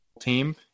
team